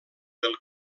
del